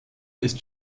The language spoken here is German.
ist